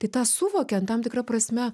tai tą suvokiant tam tikra prasme